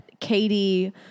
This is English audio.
Katie